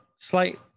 slight